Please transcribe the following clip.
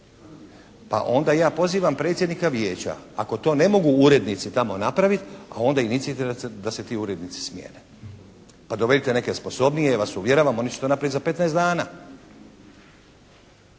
Pa onda ja pozivam predsjednika Vijeća ako to ne mogu urednici tamo napravit onda inicirajte da se ti urednici smijene pa dovedite neke sposobnije. Ja vas uvjeravam, oni će to napraviti za 15 dana.